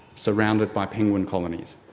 surrounded by penguin colonies.